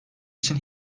için